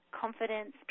confidence